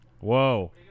Whoa